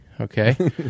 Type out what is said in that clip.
okay